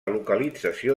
localització